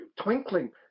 twinkling